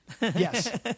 yes